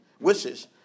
wishes